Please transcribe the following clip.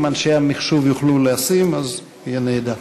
אם אנשי המחשוב יוכלו לשים אז זה יהיה נהדר.